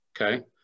okay